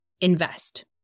invest